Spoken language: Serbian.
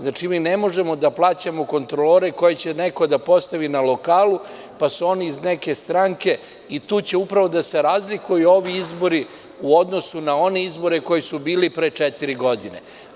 Znači, mi ne možemo da plaćamo kontrolore koje će neko da postavi na lokalu, pa su oni iz neke stranke i tu će upravo da se razlikuju ovi izbori u odnosu na one izbore koji su bili pre četiri godine.